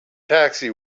taxi